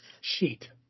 Sheet